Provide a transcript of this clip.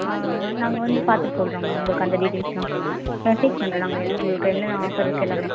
நாங்கள் வந்து பார்த்துட்டு சொல்றோங்க உங்களுக்கு அந்த டீட்டைல்ஸ்லாம் மெசேஜ் பண்ணுறோம் நாங்கள் உங்களுக்கு என்னென்ன ஆஃபர் இருக்குது எல்லாமே